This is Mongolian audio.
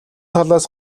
талаас